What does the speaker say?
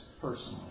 personally